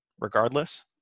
regardless